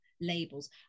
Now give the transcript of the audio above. labels